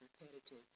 repetitive